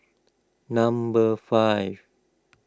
number five